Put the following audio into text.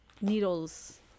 needles